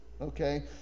okay